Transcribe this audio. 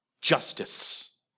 justice